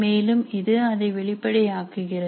மேலும் இது அதை வெளிப்படையா குகிறது